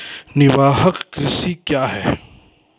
निवाहक कृषि क्या हैं?